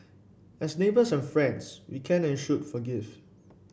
as neighbours and friends we can and should forgive